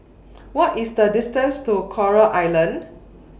What IS The distance to Coral Island